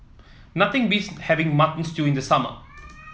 nothing beats having Mutton Stew in the summer